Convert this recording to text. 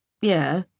Yeah